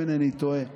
אם אינני טועה,